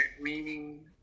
meaning